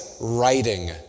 writing